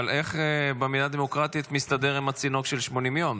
אבל איך מדינה דמוקרטית מסתדרת עם צינוק של 80 יום?